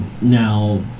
Now